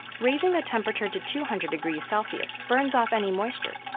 raising the temperature to two hundred degrees celsius burns off any moisture,